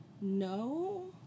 No